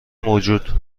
موجود